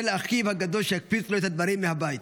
לאחיו הגדול שיקפיץ לו את הדברים מהבית.